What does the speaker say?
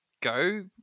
go